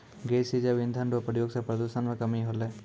गैसीय जैव इंधन रो प्रयोग से प्रदूषण मे कमी होलै